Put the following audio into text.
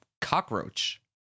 cockroach